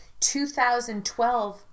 2012